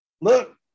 Look